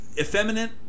effeminate